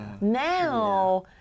Now